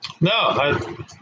No